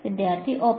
വിദ്യാർത്ഥി ഒപ്പം